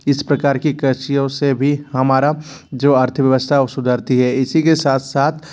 इस प्रकार की कृषियों से भी हमारा जो अर्थव्यवस्था ओ सुधरती है इसी के सात सात